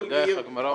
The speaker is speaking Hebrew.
כל עיר.